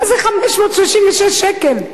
מה זה 536 שקל?